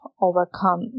overcome